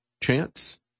chance